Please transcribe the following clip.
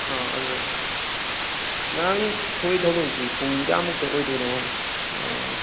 ꯑꯥ ꯑꯗꯨꯗ ꯉꯔꯥꯡ ꯊꯣꯛꯏ ꯊꯧꯗꯣꯛꯁꯤ ꯄꯨꯡ ꯀꯌꯥꯃꯨꯛꯇ ꯑꯣꯏꯗꯣꯏꯅꯣ